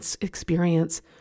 experience